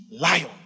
lion